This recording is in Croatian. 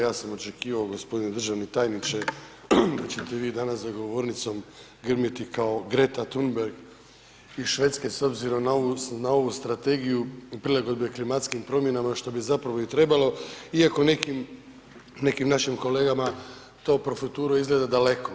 Ja sam očekivao gospodine državni tajniče da ćete vi danas za govornicom grmjeti kao Greta Thunberg iz Švedske s obzirom na ovu strategiju prilagodbe klimatskim promjenama što bi zapravo i trebalo iako nekim našim kolegama to profuturo izgleda daleko.